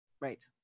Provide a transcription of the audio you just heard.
right